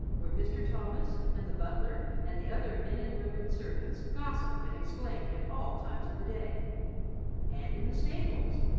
where mr. thomas and the butler and the other men and women servants gossiped and exclaimed at all times of the day and in the stables,